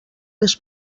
les